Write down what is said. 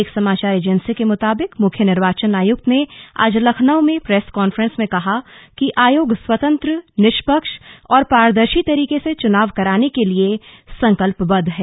एक समाचार एजेंसी के मुताबिक मुख्य निर्वाचन आयुक्त ने आज लखनऊ में प्रेस कांफ्रेंस में कहा कि आयोग स्वतंत्र निष्पक्ष और पारदर्शी तरीके से चुनाव कराने के लिये संकल्पबद्ध है